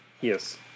Yes